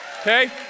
Okay